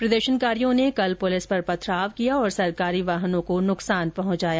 प्रदर्शनकारियों ने कल पुलिस पर पथराव किया और सरकारी वाहनों को नुकसान पहुंचाया